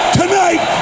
tonight